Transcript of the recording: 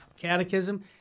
catechism